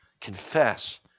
Confess